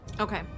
okay